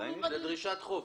אתה אומר: זה דרישת חוב.